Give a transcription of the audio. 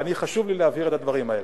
וחשוב לי להבהיר את הדברים האלה.